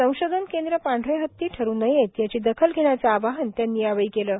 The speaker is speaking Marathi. संशोधन केंद्र पांढरे हती ठरु नयेत याची दखल घेण्याचं आवाहन त्यांनी केलं आहे